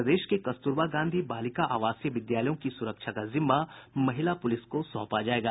प्रदेश के कस्तूरबा गांधी बालिका आवासीय विद्यालयों की सुरक्षा का जिम्मा महिला पुलिस को सौंपा जायेगा